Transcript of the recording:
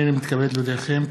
הנני מתכבד להודיעכם,